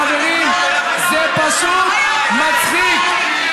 חברים, זה פשוט מצחיק.